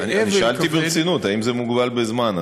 אני שאלתי ברצינות: האם זה מוגבל בזמן,